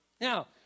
Now